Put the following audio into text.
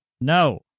No